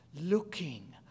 looking